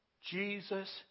Jesus